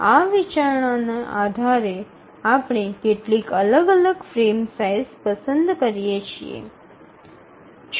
આ વિચારણાના આધારે આપણે કેટલીક અલગ અલગ ફ્રેમ સાઇઝ પસંદ કરી શકીએ છીએ